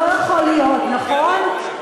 לא יכול להיות, נכון?